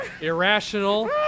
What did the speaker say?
irrational